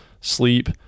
sleep